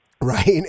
right